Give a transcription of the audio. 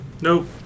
Nope